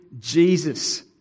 Jesus